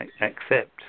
accept